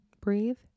breathe